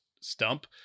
stump